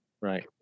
Right